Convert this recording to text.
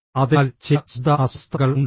അതിനാൽ ചില ശബ്ദ അസ്വസ്ഥതകൾ ഉണ്ടായിരുന്നു